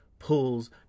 Pulls